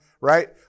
right